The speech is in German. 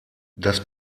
das